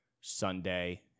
Sunday